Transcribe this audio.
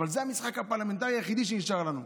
אבל זה המשחק הפרלמנטרי היחידי שנשאר לנו.